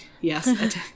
Yes